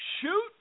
shoot